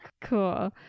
cool